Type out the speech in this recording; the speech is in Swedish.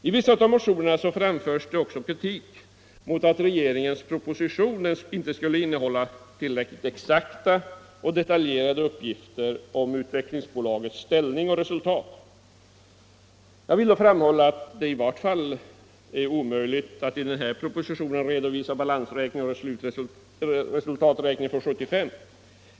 I vissa av motionerna framförs också kritik, som går ut på att regeringens proposition inte skulle innehålla tillräckligt exakta och detaljerade uppgifter om Utvecklingsbolagets ställning och resultat. Jag vill då framhålla att det i vart fall är omöjligt att i den här propositionen redovisa resultatet för 1975.